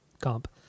comp